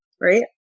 Right